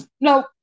no